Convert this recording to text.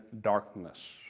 darkness